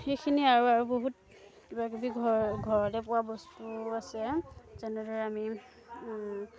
সেইখিনি আৰু আৰু বহুত কিবা কিবি ঘৰ ঘৰতে পোৱা বস্তু আছে যেনেদৰে আমি